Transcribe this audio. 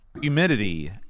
humidity